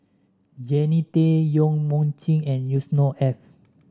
Jannie Tay Yong Mun Chee and Yusnor Ef